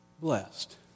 Blessed